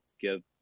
give